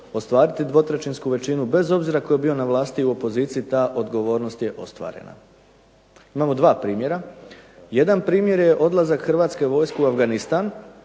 ostvariti dvotrećinsku većinu, bez obzira tko je bio na vlasti u poziciji ta odgovornost je ostvarena. Imamo dva primjera. Jedan primjer je odlazak Hrvatske vojske u Afganistan,